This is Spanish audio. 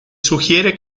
sugiere